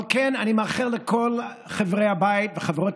על כן אני מאחל לכל חברי הבית וחברות